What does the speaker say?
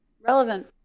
relevant